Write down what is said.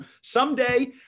Someday